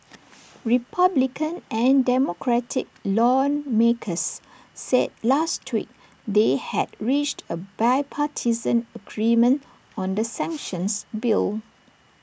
republican and democratic lawmakers said last week they had reached A bipartisan agreement on the sanctions bill